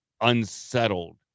unsettled